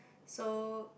so